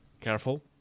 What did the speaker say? careful